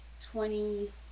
twenty